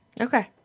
Okay